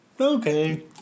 okay